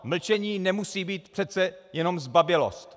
Mlčení nemusí být přece jenom zbabělost.